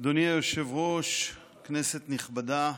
אדוני היושב-ראש, כנסת נכבדה,